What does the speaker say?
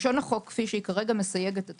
לשון החוק כפי שכרגע מסייגת את